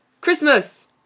Christmas